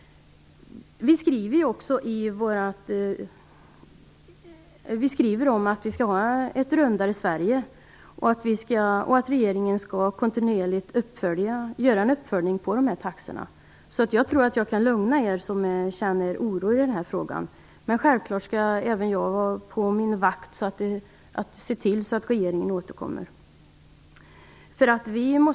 Vi skriver att vi skall ha ett rundare Sverige och att regeringen kontinuerligt skall göra en uppföljning av dessa taxor. Jag tror därför att jag kan lugna alla som känner oro i denna fråga. Men självklart skall även jag vara på min vakt och se till att regeringen återkommer.